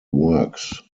works